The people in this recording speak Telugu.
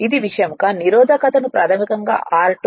ఇది విషయం కానీ నిరోధకత ను ప్రాథమికంగా r2 '